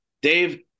Dave